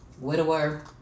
widower